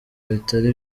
bitari